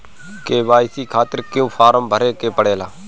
KYC खातिर क्यूं form भरे के पड़ेला?